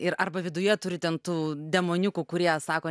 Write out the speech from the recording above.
ir arba viduje turi ten tų demoniukų kurie sako